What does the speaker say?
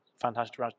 fantastic